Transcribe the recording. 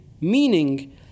meaning